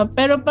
Pero